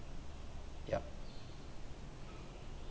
yup